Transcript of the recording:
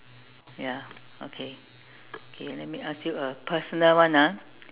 ya okay okay let me ask you a personal one ah